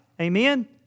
Amen